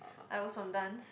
I was from dance